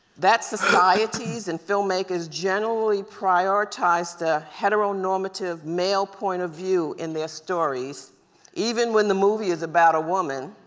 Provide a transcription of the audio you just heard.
that societies and filmmakers generally prioritize to heteronormative male point of view in their stories even when the movie is about a woman.